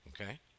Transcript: Okay